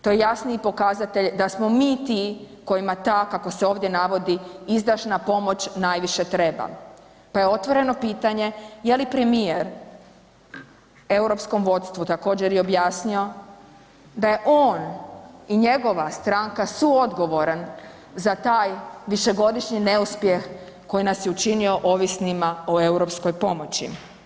To je jasniji pokazatelj da smo mi ti kojima ta, kako se ovdje navodi, izdašna pomoć najviše treba pa je otvoreno pitanje je li premijer europskom vodstvu također, i objasnio da je on i njegova stranka suodgovoran za taj višegodišnji neuspjeh koji nas je učinio ovisnima o europskoj pomoći.